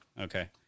okay